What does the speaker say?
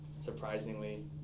Surprisingly